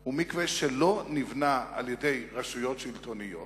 הוא מקווה שלא נבנה על-ידי רשויות שלטוניות,